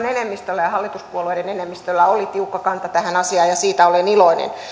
enemmistöllä ja hallituspuolueiden enemmistöllä oli tiukka kanta tähän asiaan ja siitä olen iloinen